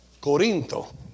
Corinto